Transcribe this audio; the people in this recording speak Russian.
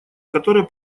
которые